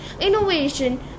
innovation